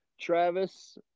Travis